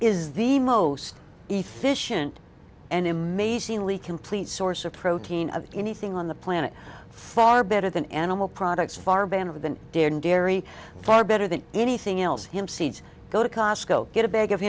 is the most efficient and immense complete source of protein of anything on the planet far better than animal products far banner than dear dairy far better than anything else him seeds go to cosco get a bag of